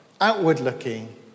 outward-looking